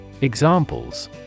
Examples